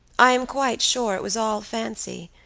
i am quite sure it was all fancy,